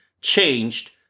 changed